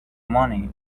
money